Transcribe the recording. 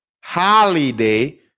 Holiday